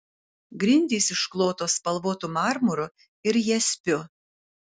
grindys išklotos spalvotu marmuru ir jaspiu